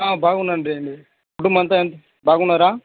బాగున్నాను లేండి కుటుంబం అంతా బాగున్నారా